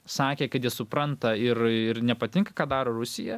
sakė kad ji supranta ir ir nepatinka ką daro rusija